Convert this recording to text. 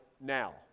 now